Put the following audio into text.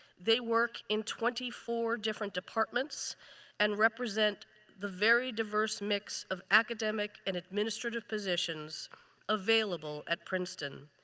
they work in twenty four different departments and represent the very diverse mix of academic and administrative positions available at princeton.